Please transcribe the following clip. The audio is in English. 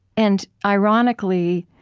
and ironically,